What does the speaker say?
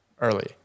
early